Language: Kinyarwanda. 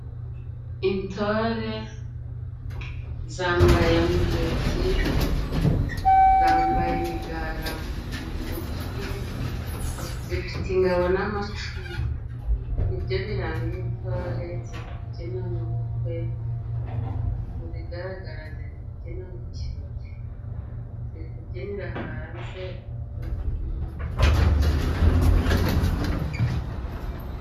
Intore zambaye amayogi, zambaye imigara mu mutwe, zifite ingabo n'amacumu, nibyo biranga intore. Ziri kubyina mu bukwe, mu bigaragara ziri kubyina mu kirori, ziri kubyinira hanze mu busitani bwabugenewe.